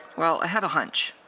well i have a hunch.